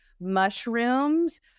mushrooms